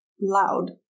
loud